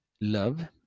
love